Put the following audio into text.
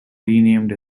renamed